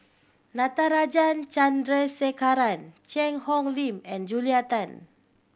Natarajan Chandrasekaran Cheang Hong Lim and Julia Tan